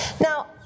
Now